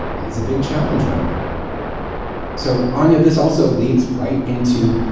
is a big challenge right now so anya, this also leads right into,